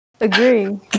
agree